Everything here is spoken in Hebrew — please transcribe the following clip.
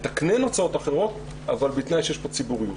לתקנן הוצאות אחרות, אבל בתנאי שיש פה ציבוריות.